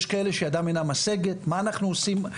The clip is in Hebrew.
יש כאלה שידם אינה משגת, מה אנחנו עושים?